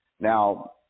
Now